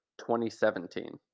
2017